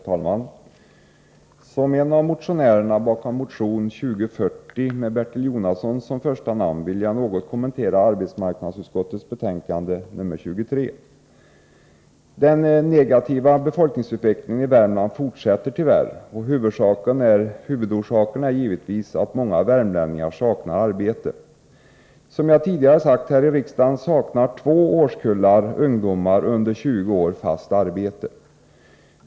Herr talman! Som en av motionärerna bakom motion 2040 med Bertil Jonasson som första namn vill jag något kommentera arbetsmarknadsutskottets betänkande nr 23. Den negativa befolkningsutvecklingen i Värmland fortsätter tyvärr, och huvudorsaken är givetvis att många värmlänningar saknar arbete. Som jag tidigare sagt här i riksdagen saknar två årskullar ungdomar under 20 år fast arbete.